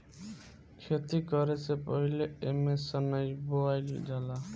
खेती करे से पहिले एमे सनइ बोअल जाला